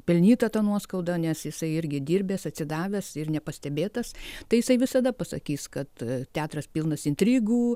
pelnytą tą nuoskaudą nes jisai irgi dirbęs atsidavęs ir nepastebėtas tai jisai visada pasakys kad teatras pilnas intrigų